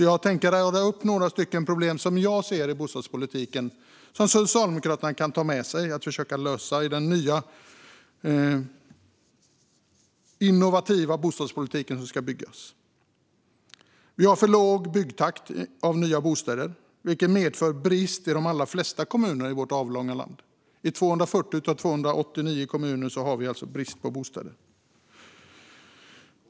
Jag tänker därför rada upp några problem som jag ser i bostadspolitiken som Socialdemokraterna kan ta med sig och försöka lösa i den nya, innovativa bostadspolitik som ska byggas. Vi har för låg byggtakt av nya bostäder, vilket medför brist i de allra flesta kommuner i vårt avlånga land. I 240 av 290 kommuner har vi brist på bostäder.